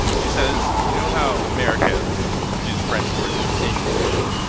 she says, you know how americans use french words in english,